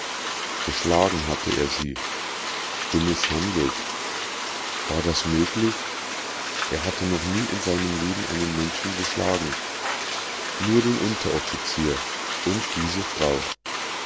geschlagen hatte er sie gemißhandelt war das möglich er hatte noch nie in seinem leben einen menschen geschlagen nur den unteroffizier und diese frau